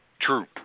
True